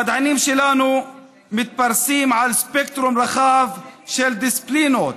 המדענים שלנו מתפרסים על ספקטרום רחב של דיסציפלינות: